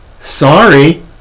Sorry